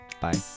Bye